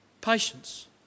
Patience